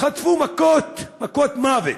חטפו מכות, מכות מוות,